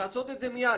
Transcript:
לעשות את זה מייד.